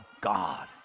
god